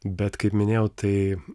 bet kaip minėjau tai